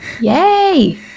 yay